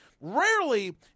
Rarely